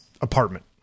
apartment